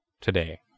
today